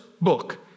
book